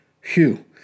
Phew